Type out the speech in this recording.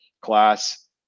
class